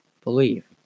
believe